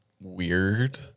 weird